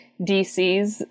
DCs